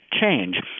change